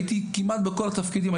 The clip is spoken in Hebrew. הייתי כמעט בכל התפקידים,